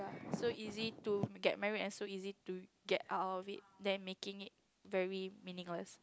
so easy to get married and so easy to get out of it then making it very meaningless